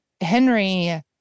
Henry